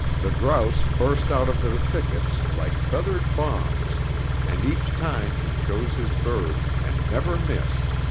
the grouse burst out of their thickets like feathered bombs and each time he choose his bird and never missed.